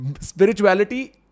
Spirituality